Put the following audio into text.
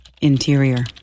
interior